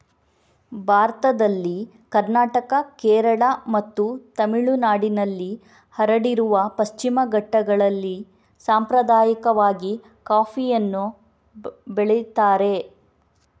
ಭಾರತದಲ್ಲಿ ಕರ್ನಾಟಕ, ಕೇರಳ ಮತ್ತು ತಮಿಳುನಾಡಿನಲ್ಲಿ ಹರಡಿರುವ ಪಶ್ಚಿಮ ಘಟ್ಟಗಳಲ್ಲಿ ಸಾಂಪ್ರದಾಯಿಕವಾಗಿ ಕಾಫಿಯನ್ನ ಬೆಳೀತಾರೆ